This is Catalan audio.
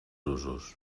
usos